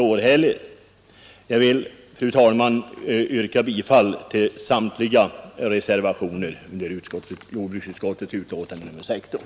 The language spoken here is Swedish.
Fru talman! Jag vill yrka bifall till samtliga reservationer vid jordbruksutskottets betänkande nr 16.